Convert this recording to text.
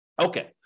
Okay